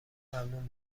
ممنون